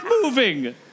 moving